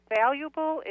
valuable